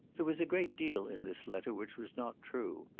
there was a great deal in this letter which was not true.